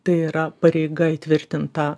tai yra pareiga įtvirtinta